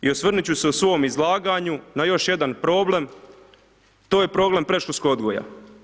I osvrnuti ću se u svom izlaganju na još jedna problem, to je problem predškolskog odgoja.